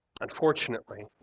Unfortunately